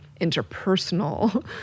interpersonal